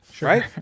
right